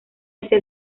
hacia